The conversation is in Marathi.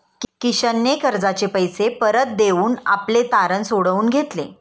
किशनने कर्जाचे पैसे परत देऊन आपले तारण सोडवून घेतले